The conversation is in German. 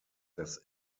das